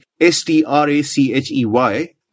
S-T-R-A-C-H-E-Y